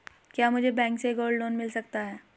क्या मुझे बैंक से गोल्ड लोंन मिल सकता है?